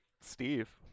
Steve